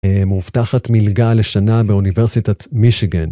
מובטחת מלגה לשנה באוניברסיטת מישיגן.